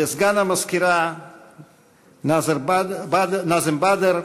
לסגן המזכירה נאזם בדר,